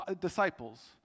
disciples